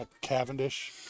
Cavendish